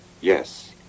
Yes